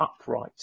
upright